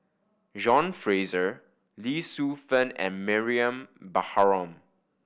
John Fraser Lee Shu Fen and Mariam Baharom